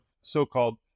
so-called